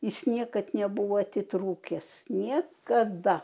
jis niekad nebuvo atitrūkęs niekada